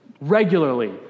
regularly